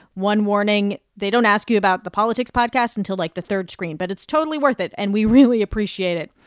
one warning they don't ask you about the politics podcast until, like, the third screen. but it's totally worth it, and we really appreciate it.